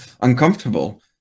uncomfortable